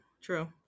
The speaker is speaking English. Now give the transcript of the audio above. true